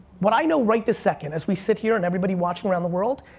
what i know right this second, as we sit here and everybody watching around the world,